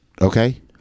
okay